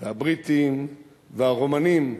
והבריטים, והרומנים,